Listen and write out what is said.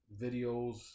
videos